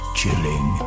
chilling